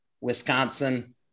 Wisconsin